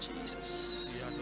Jesus